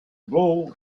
blow